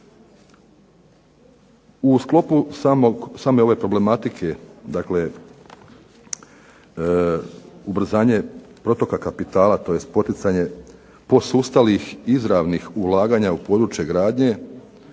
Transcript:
U sklopu same ove problematike, dakle ubrzanje protoka kapitala, tj. poticanje posustalih izravnih ulaganja u područje gradnje,